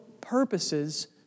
purposes